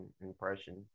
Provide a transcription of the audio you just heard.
impression